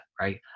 right